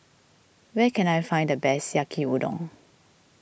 where can I find the best Yaki Udon